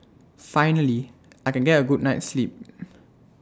finally I can get A good night's sleep